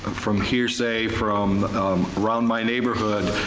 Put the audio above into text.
from hearsay from around my neighborhood,